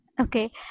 Okay